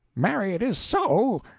marry, it is so,